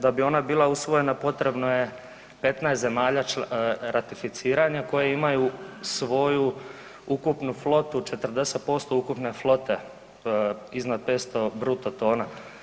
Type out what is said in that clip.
Da bi ona bila usvojena potrebno je 15 zemalja ratificiranja koje imaju svoju ukupnu flotu, 40% ukupne flote iznad 500 bruto tona.